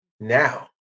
now